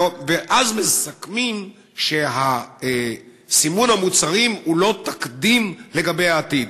ואז מסכמים שסימון המוצרים הוא לא תקדים לגבי העתיד.